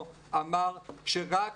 אמר,